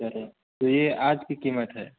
چلیئے تو یہ آج کی قیمت ہے